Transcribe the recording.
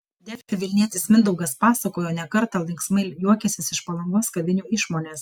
delfi vilnietis mindaugas pasakoja ne kartą linksmai juokęsis iš palangos kavinių išmonės